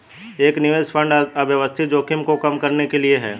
एक निवेश फंड अव्यवस्थित जोखिम को कम करने के लिए है